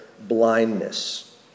blindness